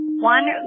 One